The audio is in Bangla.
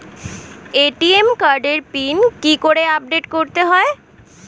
এ.টি.এম কার্ডের পিন কি করে আপডেট করতে হয়?